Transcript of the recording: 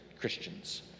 Christians